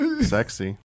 Sexy